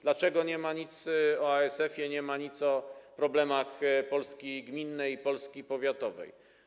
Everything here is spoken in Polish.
Dlaczego nie ma nic o ASF, nie ma nic o problemach Polski gminnej i Polski powiatowej?